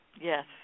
Yes